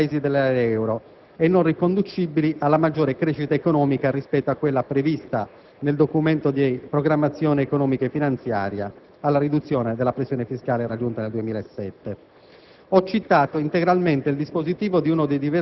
di stabilità e crescita che lega il Paese agli altri Paesi dell'area euro e non riconducibili alla maggiore crescita economica rispetto a quella prevista nel Documento di programmazione economica e finanziaria, alla riduzione della pressione fiscale raggiunta nel 2007».